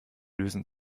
lösen